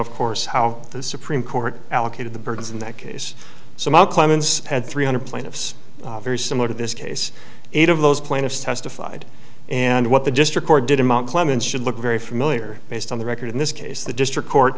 of course how the supreme court allocated the birds in that case some of clemens had three hundred plaintiffs very similar to this case eight of those plaintiffs testified and what the just recorded among clemens should look very familiar based on the record in this case the district court